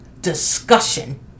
discussion